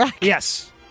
Yes